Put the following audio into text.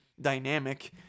dynamic